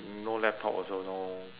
no laptop also no